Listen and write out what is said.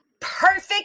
perfect